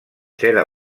seda